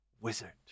wizard